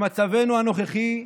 במצבנו הנוכחי,